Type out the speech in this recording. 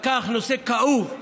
הוא לקח נושא כאוב,